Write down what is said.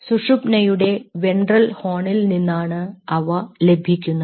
സുഷുമ്നയുടെ ventral ഹോണിൽ നിന്നാണ് അവ ലഭിക്കുന്നത്